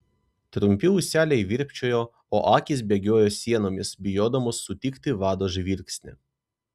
trumpi ūseliai virpčiojo o akys bėgiojo sienomis bijodamos sutikti vado žvilgsnį